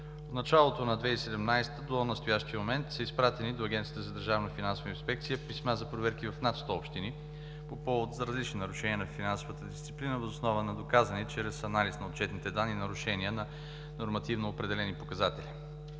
От началото на 2017 г. до настоящия момент до Агенцията за държавна финансова инспекция са изпратени писма за проверки в над 100 общини по повод различни нарушения на финансовата дисциплина, въз основа на доказани чрез анализ на отчетните данни нарушения на нормативно определени показатели.